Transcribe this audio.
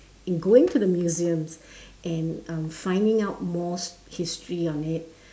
in going to the museums and um in finding out more history on it